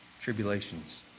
tribulations